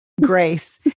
grace